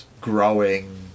growing